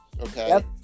Okay